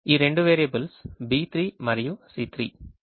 ఈ రెండు variables B3 మరియు C3